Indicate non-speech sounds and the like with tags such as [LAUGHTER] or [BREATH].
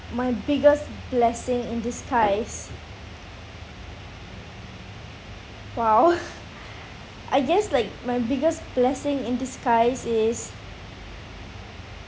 my biggest blessing in disguise !wow! [LAUGHS] [BREATH] I guess like my biggest blessing in disguise is